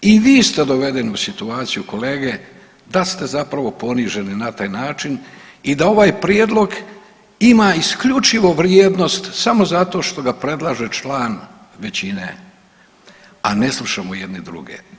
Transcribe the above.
I vi ste dovedeni u situaciju, kolege, da ste zapravo poniženi na taj način, i da ovaj prijedlog ima isključivo vrijednost samo zato što ga predlaže član većine, a ne slušamo jedni druge.